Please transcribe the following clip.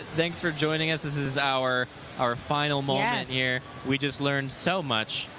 thanks for joining us. this is our our final moment here. we just learned so much.